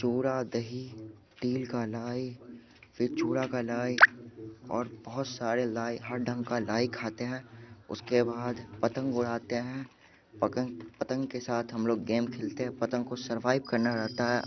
चुरा दही तिल का लाई फिर चुरा का लाई और बहुत सारे लाई हर ढंग का लाई खाते हैं उसके बाद पतंग उड़ाते हैं पतंग के साथ हम लोग गेम खेलते हैं पतंग को सरवाइव करना रहता है